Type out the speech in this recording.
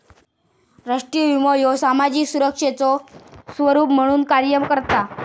राष्ट्रीय विमो ह्यो सामाजिक सुरक्षेचो स्वरूप म्हणून कार्य करता